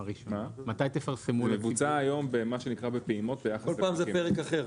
זה מבוצע היום במה שנקרא פעימות -- כל פעם זה פרק אחר.